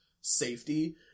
safety